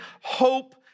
hope